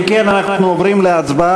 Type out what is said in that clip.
אם כן, אנחנו עוברים להצבעה.